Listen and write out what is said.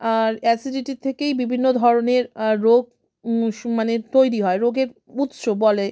আর অ্যাসিডিটির থেকেই বিভিন্ন ধরনের রোগ মানে তৈরি হয় রোগের উৎস বলে